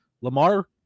Lamar